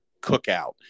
cookout